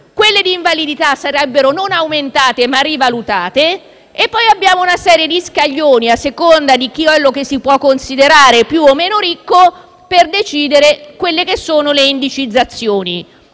di invalidità sarebbero non aumentate, ma rivalutate, e poi vi è una serie di scaglioni a seconda di quello che si può considerare più o meno ricco per decidere le indicizzazioni.